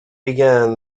begin